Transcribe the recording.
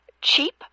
cheap